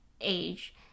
age